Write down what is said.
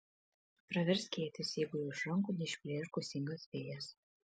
pravers skėtis jeigu jo iš rankų neišplėš gūsingas vėjas